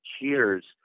Cheers